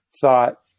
thought